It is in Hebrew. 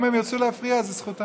אם הם ירצו להפריע, זו זכותם.